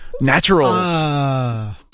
Naturals